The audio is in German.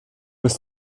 bis